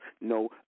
no